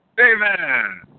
Amen